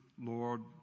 Lord